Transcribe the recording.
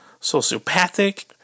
sociopathic